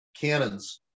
cannons